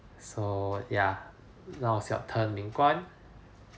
so ya now is your turn ming-guan